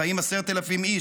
חיים 10,000 איש.